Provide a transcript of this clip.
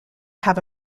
have